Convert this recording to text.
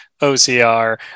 OCR